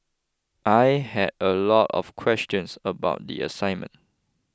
I had a lot of questions about the assignment